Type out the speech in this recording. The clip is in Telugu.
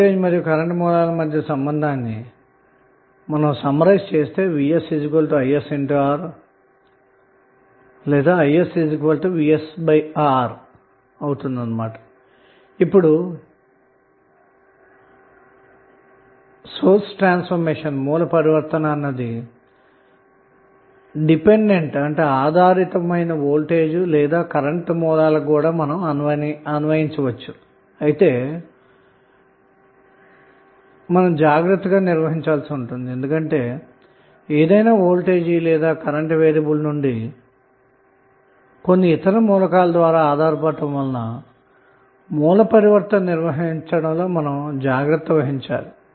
వోల్టేజ్ మరియు కరెంటు సోర్స్ ల మధ్య సంబంధాన్ని మనం క్రింది విధంగా సంగ్రహించవచ్చు vsisR or isvsR అయితే సోర్స్ ట్రాన్సఫార్మషన్ భావనను ఆధారిత వోల్టేజ్ లేదా కరెంట్ సోర్స్ లకు వర్తించాలంటే మాత్రం చాలా జాగ్రత్తగా చేయాల్సి ఉంటుంది ఎందుకంటె ఆధారిత సోర్స్ లు ఎప్పుడు కూడా ఏదైనా వోల్టేజ్ లేదా కరెంట్ వేరియబుల్ ద్వారా ఇతర మూలకాల మీద ఆధారపడటం వలన సోర్స్ ట్రాన్సఫార్మషన్ ను జాగ్రత్తగా నిర్వహించాలి